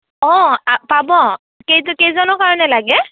অঁ পাব কেইজন কেইজনৰ কাৰণে লাগে